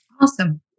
Awesome